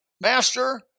Master